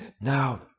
Now